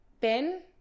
Ben